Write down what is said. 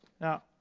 Now